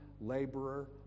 laborer